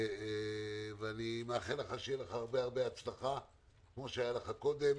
ואני מאחל לך הרבה הצלחה, כפי שהיה לך קודם.